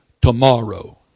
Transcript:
tomorrow